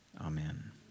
amen